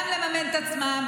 גם לממן את עצמם,